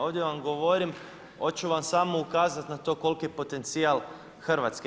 Ovdje vam govorim, hoću vam samo ukazati na to koliki je potencijal Hrvatske.